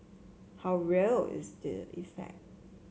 how real is the effect